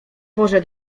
boże